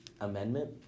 Amendment